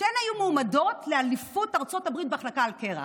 שתיהן היו מועמדות לאליפות ארצות הברית בהחלקה על הקרח,